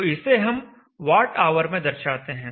तो इसे हम वॉटऑवर में दर्शाते हैं